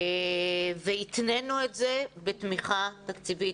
והתנינו את זה בתמיכה תקציבית.